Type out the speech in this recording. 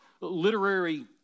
literary